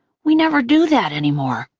we never do that anymore.